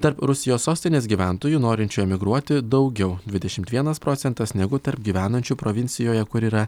tarp rusijos sostinės gyventojų norinčių emigruoti daugiau dvidešimt vienas procentas negu tarp gyvenančių provincijoje kur yra